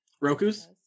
roku's